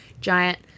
giant